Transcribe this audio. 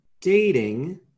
dating